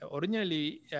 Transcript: Originally